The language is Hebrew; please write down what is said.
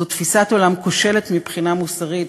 זאת תפיסת עולם כושלת מבחינה מוסרית,